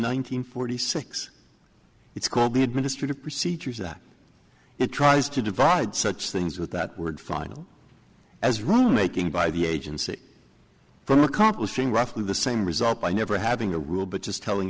hundred forty six it's called the administrative procedures that it tries to divide such things with that word final as wrong making by the agency for accomplishing roughly the same result by never having a rule but just telling